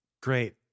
Great